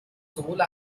sohle